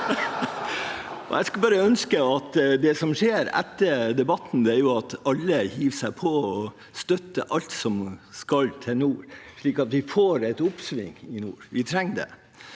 Jeg skulle bare ønske at det som skjer etter debatten, er at alle hiver seg på og støtter alt som nå skal til, slik at vi får et oppsving i nord. Vi trenger det.